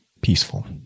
peaceful